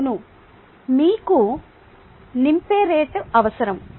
అవును మీకు నింపే రేటు అవసరం